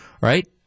Right